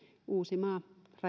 uusimaa